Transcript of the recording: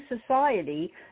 society